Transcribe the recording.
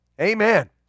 amen